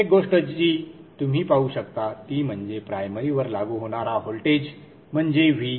एक गोष्ट जी तुम्ही पाहू शकता ती म्हणजे प्राइमरीवर लागू होणारा व्होल्टेज म्हणजे Vin